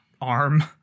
arm